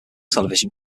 television